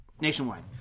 nationwide